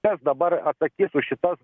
kas dabar atsakys už šitas